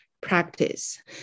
practice